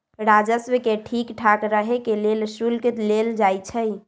राजस्व के ठीक ठाक रहे के लेल शुल्क लेल जाई छई